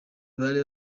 bari